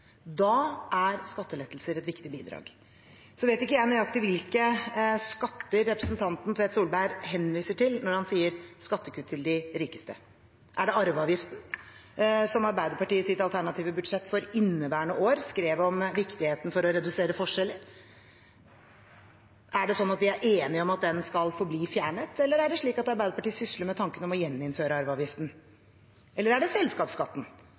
Da er skattelettelser et viktig bidrag. Jeg vet ikke nøyaktig hvilke skatter representanten Tvedt Solberg henviser til når han sier «skattekutt til de rikeste». Er det arveavgiften, som Arbeiderpartiet i sitt alternative budsjett for inneværende år skrev om viktigheten av for å redusere forskjeller? Er det slik at vi er enige om at den skal forbli fjernet, eller er det slik at Arbeiderpartiet sysler med tanken om å gjeninnføre arveavgiften? Eller er det selskapsskatten?